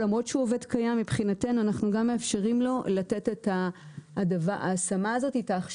למרות שהוא עובד קיים מבחינתנו אנחנו גם מאפשרים לו לתת את ההשמה הזאת,